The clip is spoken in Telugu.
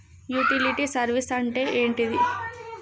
యుటిలిటీ సర్వీస్ అంటే ఏంటిది?